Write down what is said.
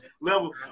level